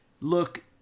look